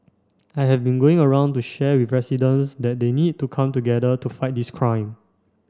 I have been going around to share with residents that they need to come together to fight this crime